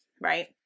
right